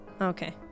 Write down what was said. okay